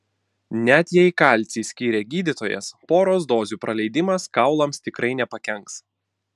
net jei kalcį skyrė gydytojas poros dozių praleidimas kaulams tikrai nepakenks